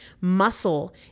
Muscle